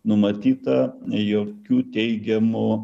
numatyta jokių teigiamų